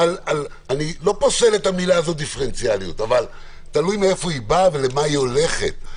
איני פוסל את הדיפרנציאציה אבל תלוי מאיפה היא באה ולאן היא הולכת.